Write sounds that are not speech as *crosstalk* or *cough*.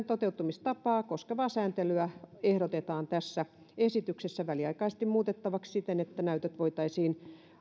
*unintelligible* toteuttamistapaa koskevaa sääntelyä ehdotetaan tässä esityksessä väliaikaisesti muutettavaksi siten että näytöt voitaisiin